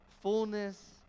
fullness